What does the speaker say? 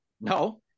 No